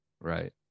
right